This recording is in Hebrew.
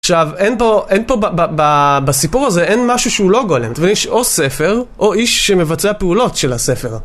עכשיו, אין פה, אין פה, בסיפור הזה, אין משהו שהוא לא גולנט, ויש או ספר, או איש שמבצע פעולות של הספר.